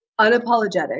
unapologetic